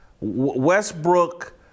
Westbrook